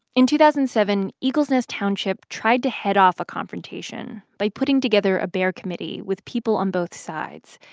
in two thousand and seven, eagle's nest township tried to head off a confrontation by putting together a bear committee with people on both sides.